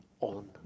on